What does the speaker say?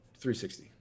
360